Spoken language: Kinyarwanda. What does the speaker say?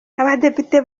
abadepite